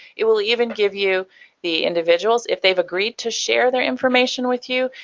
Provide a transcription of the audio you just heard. it will even give you the individuals, if they've agreed to share their information with you,